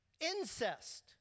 incest